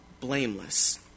blameless